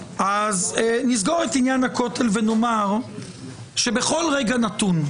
נסגור את עניין הכותל ונאמר שבכל רגע נתון,